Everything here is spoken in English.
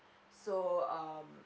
so um